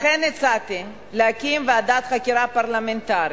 לכן הצעתי להקים ועדת חקירה פרלמנטרית,